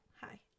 Hi